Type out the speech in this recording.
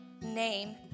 name